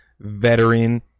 veteran